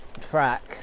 track